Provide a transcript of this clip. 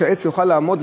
שהעץ יוכל לעמוד,